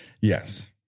Yes